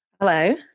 Hello